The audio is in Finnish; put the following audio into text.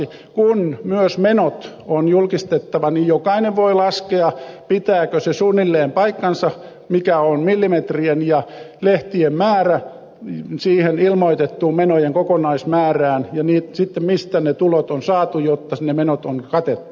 kun myös menot on julkistettava niin jokainen voi laskea pitääkö se suunnilleen paikkansa mikä on palstamillimetrien ja lehtien määrän suhde siihen ilmoitettuun menojen kokonaismäärään ja sitten olisi ilmoitettava mistä ne tulot on saatu joilla ne menot on katettu